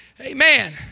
Amen